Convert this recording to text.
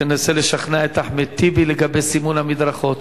תנסה לשכנע את אחמד טיבי לגבי סימון המדרכות.